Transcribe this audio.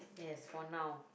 yes for now